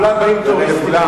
כי כולם באים כטוריסטים,